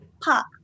park